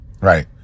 right